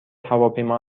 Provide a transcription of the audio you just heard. هواپیما